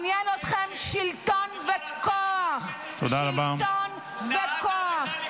מעניין אתכם שלטון וכוח, שלטון וכוח.